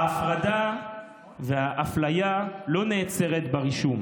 ההפרדה והאפליה לא נעצרות ברישום.